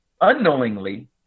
unknowingly